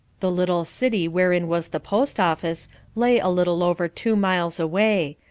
the little city wherein was the post-office lay a little over two miles away,